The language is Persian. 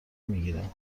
میگیرند